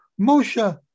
Moshe